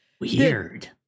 Weird